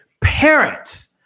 Parents